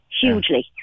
hugely